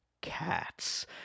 cats